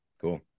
cool